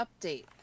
update